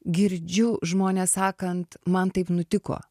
girdžiu žmones sakant man taip nutiko